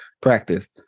practice